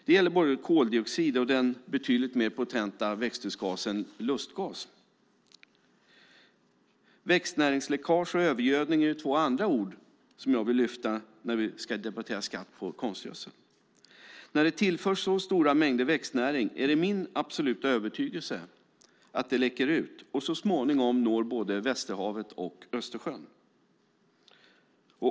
Det gäller både koldioxid och den betydligt mer potenta växthusgasen lustgas. Växtnäringsläckage och övergödning är två andra ord jag vill lyfta fram när vi ska debattera skatt på konstgödsel. När det tillförs så stora mängder växtnäring är det min absoluta övertygelse att den läcker ut och så småningom når både Västerhavet och Östersjön.